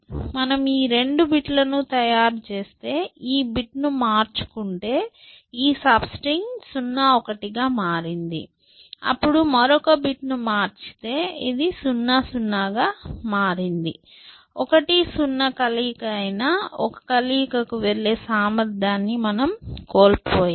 మనం ఈ రెండు బిట్లను తయారు చేస్తే ఈ బిట్ను మార్చుకుంటే ఈ సబ్స్ట్రింగ్ 0 1 గా మారింది అప్పుడు మరొక బిట్ను మార్చితే ఇది 0 0 గా మారింది 1 0 కలయిక అయిన ఒక కలయికకు వెళ్ళే సామర్థ్యాన్ని మనము కోల్పోయాము